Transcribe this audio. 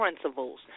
principles